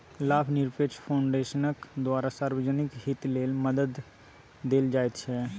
लाभनिरपेक्ष फाउन्डेशनक द्वारा सार्वजनिक हित लेल मदद देल जाइत छै